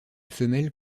femelle